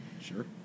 Sure